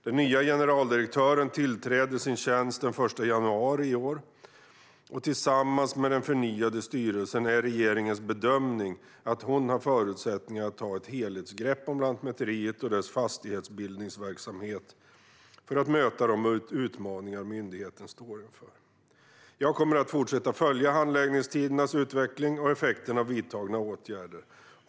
Den nya generaldirektören tillträdde sin tjänst den 1 januari i år och det är regeringens bedömning att hon tillsammans med den förnyade styrelsen har förutsättningar att ta ett helhetsgrepp om Lantmäteriet och dess fastighetsbildningsverksamhet för att möta de utmaningar myndigheten står inför. Jag kommer att fortsätta följa handläggningstidernas utveckling och effekten av vidtagna åtgärder.